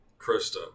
Krista